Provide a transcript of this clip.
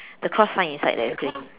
the cross sign inside there okay